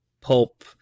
pulp